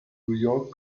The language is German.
york